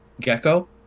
Gecko